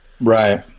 Right